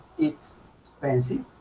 it's expensive